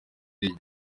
iyi